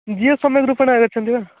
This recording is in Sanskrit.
जियो सम्यग्रूपेण आगच्छन्ति वा